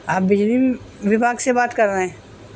آپ بجلی وبھاگ سے بات کر رہے ہیں